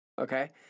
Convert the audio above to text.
okay